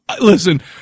Listen